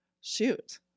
shoot